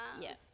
Yes